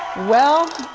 well,